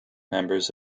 members